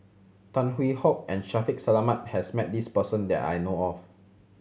Tan Hwee Hock and Shaffiq Selamat has met this person that I know of